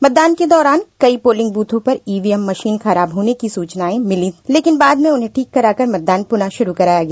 मतदान के दौरान कई पोलिंग ब्रथों पर ईवीएम मशीन खराब होने की सूचनाएं भी मिली लेकिन बाद में उन्हें ठीक कराकर मतदान पुनः शुरू कराया गया